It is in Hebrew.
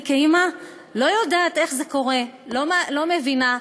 אני כאימא לא יודעת איך זה קורה, לא מבינה.